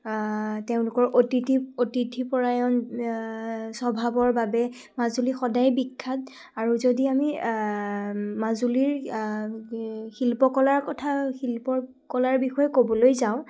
তেওঁলোকৰ অতিথি অতিথিপৰায়ণ স্বভাৱৰ বাবে মাজুলী সদায় বিখ্যাত আৰু যদি আমি মাজুলীৰ শিল্পকলাৰ কথা শিল্পকলাৰ বিষয়ে ক'বলৈ যাওঁ